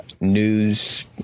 news